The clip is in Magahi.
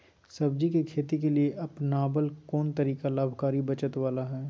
सब्जी के खेती के लिए अपनाबल कोन तरीका लाभकारी कर बचत बाला है?